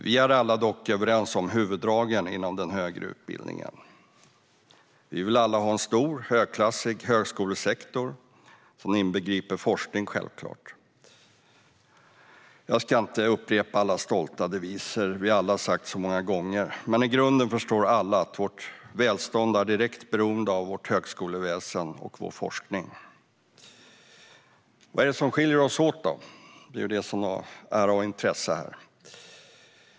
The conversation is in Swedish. Vi är dock alla överens om huvuddragen inom den högre utbildningen. Vi vill alla ha en stor, högklassig högskolesektor som självklart inbegriper forskning. Jag ska inte upprepa alla stolta deviser vi alla har sagt så många gånger, men i grunden förstår alla att vårt välstånd är direkt beroende av vårt högskoleväsen och vår forskning. Vad är det som skiljer oss åt? Det är ju av intresse här.